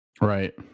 Right